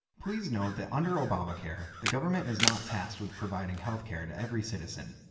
please note that under obamacare the government is not tasked with providing health care to every citizen.